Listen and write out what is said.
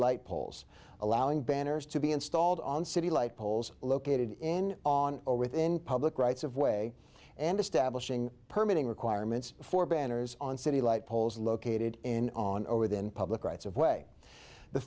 light poles allowing banners to be installed on city light poles located in on or within public rights of way and establishing permanent requirements for banners on city light poles located in on over then public rights of way the